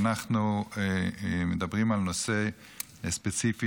ואנחנו מדברים על נושא ספציפי,